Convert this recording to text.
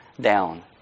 down